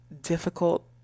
difficult